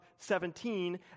17